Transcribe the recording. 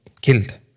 killed